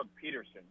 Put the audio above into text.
Peterson